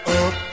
up